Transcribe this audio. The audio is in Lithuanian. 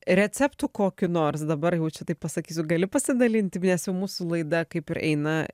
receptu kokiu nors dabar jau čia taip pasakysiu gali pasidalinti nes jau mūsų laida kaip ir eina